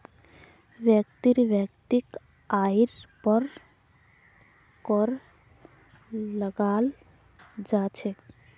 व्यक्तिर वैयक्तिक आइर पर कर लगाल जा छेक